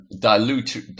dilute